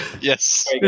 Yes